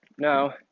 Now